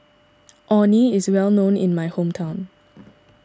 Orh Nee is well known in my hometown